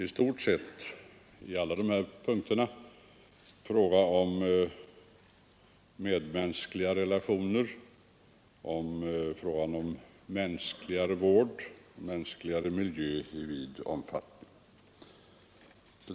I stort sett gäller det på alla dessa punkter medmänskliga relationer, det handlar om en mänskligare vård, en mänskligare miljö i vid omfattning.